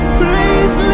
please